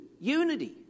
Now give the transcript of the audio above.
unity